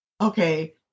okay